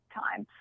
time